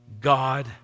God